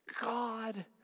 God